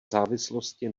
závislosti